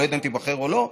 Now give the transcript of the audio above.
אני לא יודע אם תיבחר או לא,